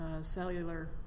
Cellular